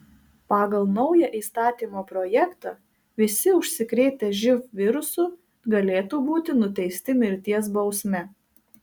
pagal naują įstatymo projektą visi užsikrėtę živ virusu galėtų būti nuteisti mirties bausme